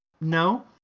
No